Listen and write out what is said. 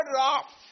off